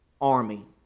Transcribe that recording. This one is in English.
army